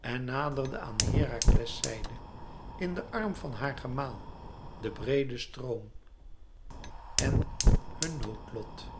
en naderde aan herakles zijde in den arm van haar gemaal den breeden stroom en hun noodlot